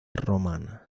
romana